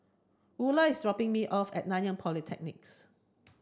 Ula is dropping me off at Nanyang Polytechnic